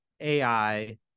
AI